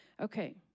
Okay